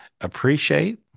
Appreciate